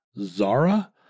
Zara